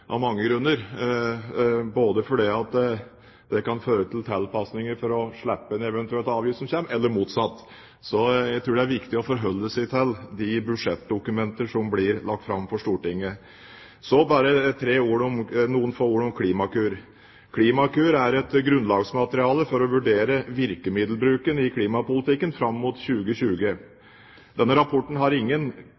av mange grunner, både fordi det kan føre til tilpasninger for å slippe en eventuell avgift som kommer – eller motsatt. Jeg tror det er viktig å forholde seg til de budsjettdokumenter som blir lagt fram for Stortinget. Så noen få ord om Klimakur. Klimakur er et grunnlagsmateriale for å vurdere virkemiddelbruken i klimapolitikken fram mot 2020.